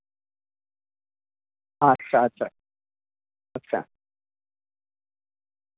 اچھا اچھا اچھا